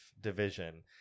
division